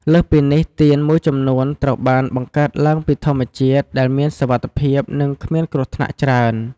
លើសពីនេះ ទៀនមួយចំនួនត្រូវបានបង្កើតឡើងពីធម្មជាតិ ដែលមានសុវត្ថិភាព និងគ្មានគ្រោះថ្នាក់ច្រើន។